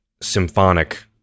symphonic